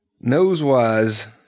Nose-wise